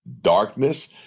darkness